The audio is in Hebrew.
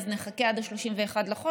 אז נחכה עד 31 בחודש.